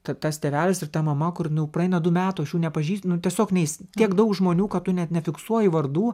ta tas tėvelis ir ta mama kur nu praeina du metų aš jų nepažįstu nu tiesiog neįs tiek daug žmonių kad tu net nefiksuoji vardų